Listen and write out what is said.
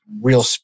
real